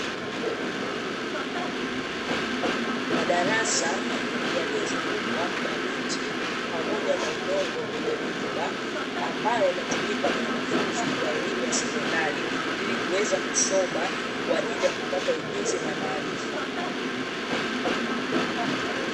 Madarasa yaliyozungukwa na miti pamoja na udongo wenye rutuba, ambayo yanatumika na wanafunzi wa elimu ya sekondari, ili kuweza kusoma kwa ajili ya kupata ujuzi na maarifa.